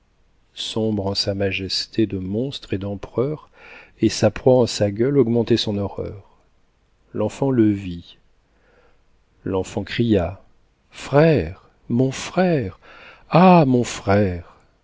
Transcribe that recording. en sa majesté de monstre et d'empereur et sa proie en sa gueule augmentait son horreur l'enfant le vit l'enfant cria frère mon frère ah mon frère